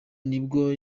nibwo